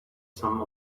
some